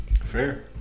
Fair